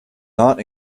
not